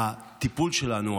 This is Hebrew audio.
הטיפול שלנו,